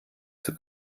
zur